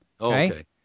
Okay